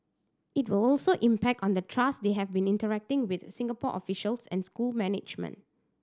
it will also impact on the trust they have when interacting with Singapore officials and school management